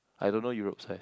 I don't know Europe size